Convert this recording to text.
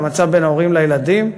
והמצב בין ההורים לילדים,